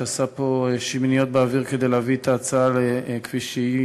שעשה פה שמיניות באוויר כדי להביא את ההצעה כפי שהיא,